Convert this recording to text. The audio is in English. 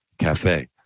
Cafe